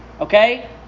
Okay